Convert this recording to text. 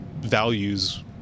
values